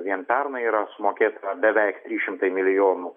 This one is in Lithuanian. vien pernai yra sumokėta beveik trys šimtai milijonų